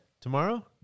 tomorrow